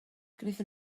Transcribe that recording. gwnaethon